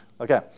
Okay